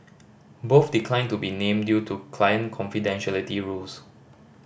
both declined to be named due to client confidentiality rules